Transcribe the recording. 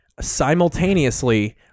simultaneously